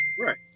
Right